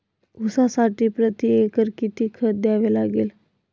ऊसासाठी प्रतिएकर किती खत द्यावे लागेल?